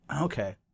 Okay